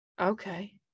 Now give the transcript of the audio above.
Okay